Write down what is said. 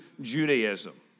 Judaism